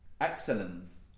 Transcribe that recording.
excellence